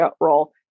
role